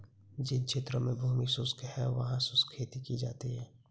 जिन क्षेत्रों में भूमि शुष्क होती है वहां शुष्क खेती की जाती है